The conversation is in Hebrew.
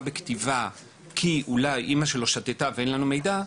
בכתיבה כי אולי אמא שלהם שתתה ואין לנו מידע,